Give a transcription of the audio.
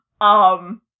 Um-